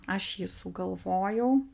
aš jį sugalvojau